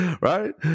Right